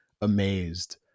amazed